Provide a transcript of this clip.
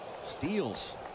steals